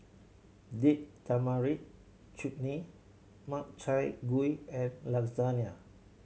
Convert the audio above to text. Date Tamarind Chutney Makchang Gui and Lasagne